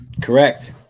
correct